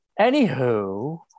anywho